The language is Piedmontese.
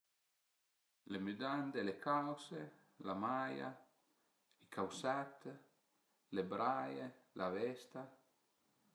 Le müdande, le cause, la maia, i causèt, le braie, la vesta,